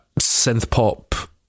synth-pop